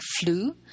flu